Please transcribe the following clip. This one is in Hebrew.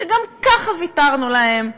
שגם ככה ויתרנו להם.